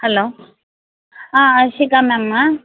hello ஆ ஹர்ஷிகா மேமா